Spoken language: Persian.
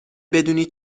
بدونی